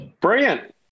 brilliant